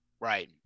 right